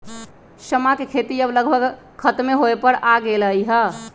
समा के खेती अब लगभग खतमे होय पर आ गेलइ ह